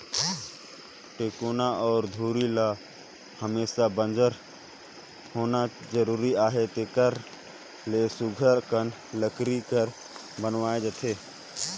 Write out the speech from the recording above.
टेकोना अउ धूरी ल हमेसा बंजर होना जरूरी अहे तेकर ले सुग्घर अकन लकरी कर बनाल जाथे